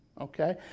Okay